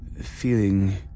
Feeling